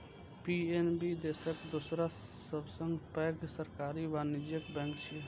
PNB देशक दोसर सबसं पैघ सरकारी वाणिज्यिक बैंक छियै